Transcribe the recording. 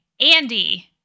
Andy